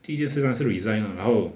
第一件事是 resign mah 然后